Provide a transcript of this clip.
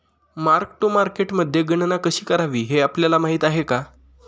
Mark to मार्केटमध्ये गणना कशी करावी हे आपल्याला माहित आहे का?